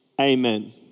Amen